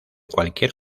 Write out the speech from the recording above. cualquier